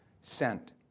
sent